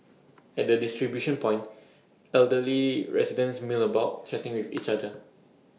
at the distribution point elderly residents mill about chatting with each other